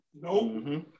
No